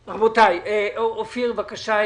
אופיר, בבקשה.